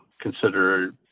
consider